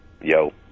Yo